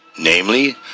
Namely